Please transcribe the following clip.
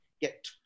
get